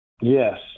Yes